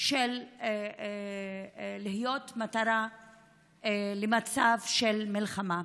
של להיות מטרה במצב של מלחמה,